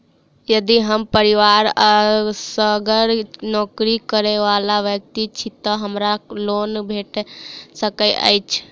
यदि हम परिवार मे असगर नौकरी करै वला व्यक्ति छी तऽ हमरा लोन भेट सकैत अछि?